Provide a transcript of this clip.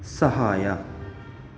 ಸಹಾಯ